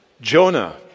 Jonah